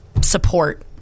support